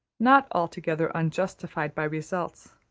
not altogether unjustified by results.